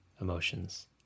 emotions